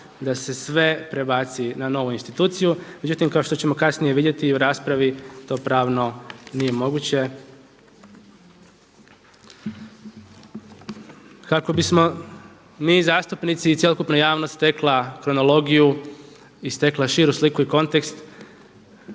da se sve prebaci na novu instituciju. Međutim, kao što ćemo kasnije vidjeti u raspravi to pravno nije moguće. Kako bismo mi zastupnici i cjelokupna javnost stekla kronologiju i stekla širu sliku i kontekst